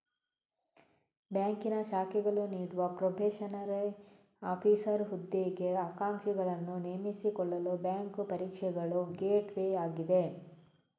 ಬ್ಯಾಂಕಿನ ಶಾಖೆಗಳು ನೀಡುವ ಪ್ರೊಬೇಷನರಿ ಆಫೀಸರ್ ಹುದ್ದೆಗೆ ಆಕಾಂಕ್ಷಿಗಳನ್ನು ನೇಮಿಸಿಕೊಳ್ಳಲು ಬ್ಯಾಂಕು ಪರೀಕ್ಷೆಗಳು ಗೇಟ್ವೇ ಆಗಿದೆ